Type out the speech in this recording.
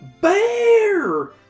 bear